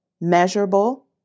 measurable